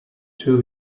two